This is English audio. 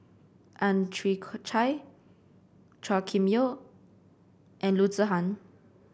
Ang Chwee Chai Chua Kim Yeow and Loo Zihan